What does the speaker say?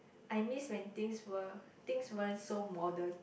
I miss when things were things weren't so modern